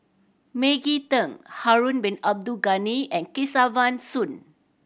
Maggie Teng Harun Bin Abdul Ghani and Kesavan Soon